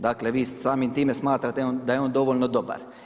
Dakle, vi samim time smatrate da je on dovoljno dobar.